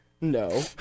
No